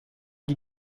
die